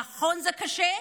נכון, זה קשה.